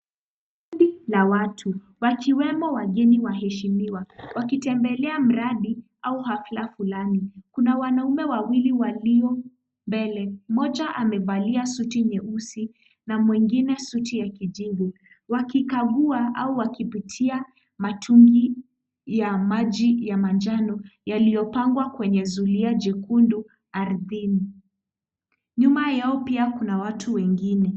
Kundi la watu wakiwemo wageni waheshimiwa wakitembelea mradi au hafla fulani. Kuna wanaume wawili walio mbele. Mmoja amevalia suti nyeusi na mwingine suti ya kijivu wakikagua au wakipitia matumizi ya maji ya manjano yaliyo pangwa kwenye zulia jekundu ardhini. Nyuma yao pia kuna watu wengine.